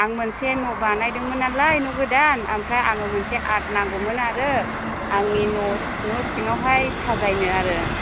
आं मोनसे न' बानायदोंमोन नालाय न' गोदान ओमफ्राय आङो मोनसे आर्थ नांगौमोन आरो आंनि न' सिङावहाय साजायनो आरो